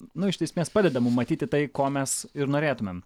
nu iš esmės padeda mum matyti tai ko mes ir norėtumėm